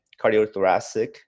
Cardiothoracic